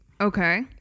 Okay